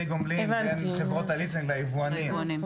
גומלין בין חברות הליסינג ליבואנים.